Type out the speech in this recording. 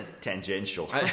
tangential